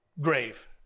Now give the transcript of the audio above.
grave